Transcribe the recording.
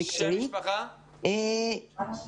בבקשה, אורית.